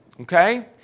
Okay